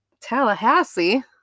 Tallahassee